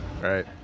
right